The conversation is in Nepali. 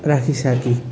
राखी सार्की